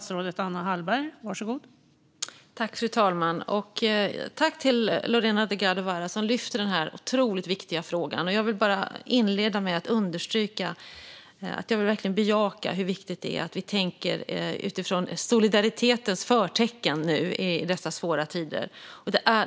Fru talman! Jag vill tacka Lorena Delgado Varas för att hon lyfter fram den här otroligt viktiga frågan! Jag vill inleda med att bejaka hur viktigt det är att vi nu tänker utifrån solidaritetens förtecken i dessa svåra tider.